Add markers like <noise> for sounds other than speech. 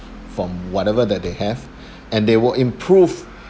from whatever that they have <breath> and they will improve